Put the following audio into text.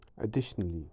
Additionally